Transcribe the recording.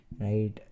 Right